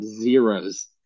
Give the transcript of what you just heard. zeros